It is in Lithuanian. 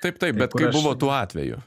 taip taip bet kaip buvo tuo atveju